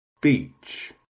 beach